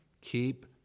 keep